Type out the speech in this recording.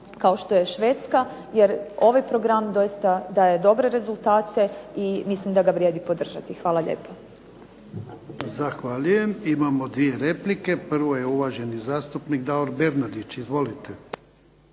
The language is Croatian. kao što je Švedska. Jer ovaj program doista daje dobre rezultate i mislim da ga vrijedi podržati. Hvala lijepo. **Jarnjak, Ivan (HDZ)** Zahvaljujem. Imamo 2 replike. Prvo je uvaženi zastupnik Davor Bernardić, izvolite.